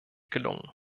gelungen